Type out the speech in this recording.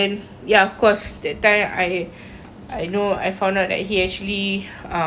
ya of course that time I I know I found out that he actually